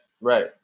right